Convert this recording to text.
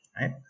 right